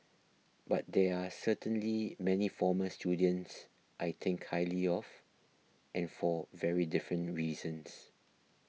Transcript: but there are certainly many former students I think highly of and for very different reasons